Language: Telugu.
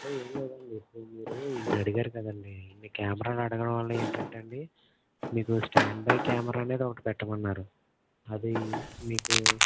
అంటే ఏం లేదండి ఇప్పుడు మీరు ఇన్ని అడిగారు కదండీ ఇన్ని క్యామరాలు అడగడం వల్ల ఏంటంటే అండి మీకు స్టాండ్ బై క్యామరా అనేది ఒకటి పెట్టమన్నారు అది మీకు